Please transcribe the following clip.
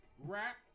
Rap